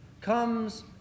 comes